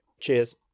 Cheers